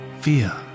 fear